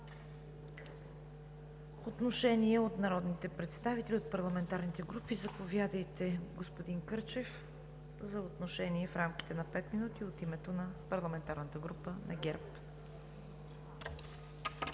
отношение от народните представители от парламентарните групи. Заповядайте, господин Кърчев, за отношение от името на парламентарната група на ГЕРБ